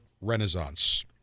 renaissance